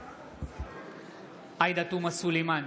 בעד עאידה תומא סלימאן,